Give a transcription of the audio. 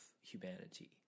humanity